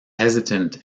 hesitant